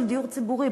של דיור ציבורי.